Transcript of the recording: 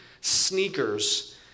sneakers